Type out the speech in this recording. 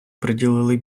приділили